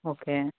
okay